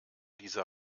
diese